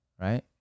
right